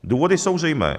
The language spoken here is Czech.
Důvody jsou zřejmé.